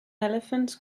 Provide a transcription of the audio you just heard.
elephants